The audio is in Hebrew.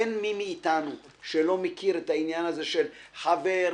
אין מי מאיתנו שלא מכיר את העניין הזה של חבר,